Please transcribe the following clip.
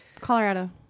Colorado